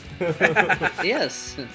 yes